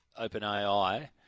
OpenAI